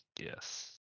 yes